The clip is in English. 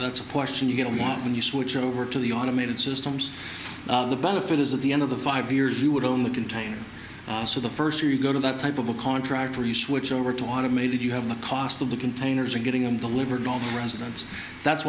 that's a question you get and want when you switch over to the automated systems the benefit is at the end of the five years you would own the container so the first year you go to that type of a contract or you switch over to automated you have the cost of the containers and getting them delivered all the residents that's